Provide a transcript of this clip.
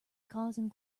causing